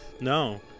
no